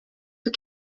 for